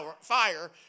fire